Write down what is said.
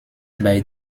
bei